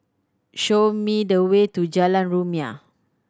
show me the way to Jalan Rumia